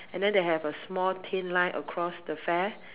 and then they have a small thin line across the fair